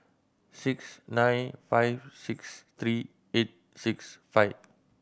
six nine five six three eight six five